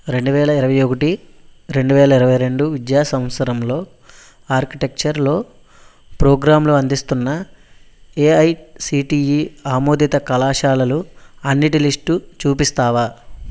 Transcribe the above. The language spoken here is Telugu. రెండు వేల ఇరవై ఒకటి రెండు వేల ఇరవై రెండు విద్యా సంవత్సరంలో ఆర్కిటెక్చర్లో ప్రోగ్రాంలు అందిస్తున్న ఏఐసిటిఇ ఆమోదిత కళాశాలలు అన్నిటి లిస్టు చూపిస్తావా